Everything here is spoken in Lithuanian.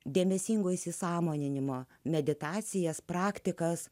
dėmesingo įsisąmoninimo meditacijas praktikas